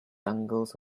dangles